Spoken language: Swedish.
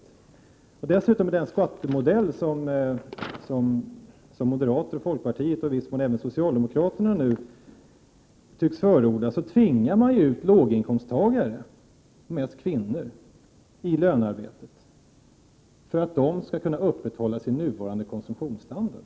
Dessutom tvingar man i den skattemodell som moderaterna, folkpartiet och i viss mån socialdemokraterna tycks förorda låginkomsttagare, mest kvinnor, till lönearbete för att de skall kunna upprätthålla sin nuvarande konsumtionsstandard.